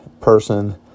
person